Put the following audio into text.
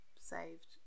saved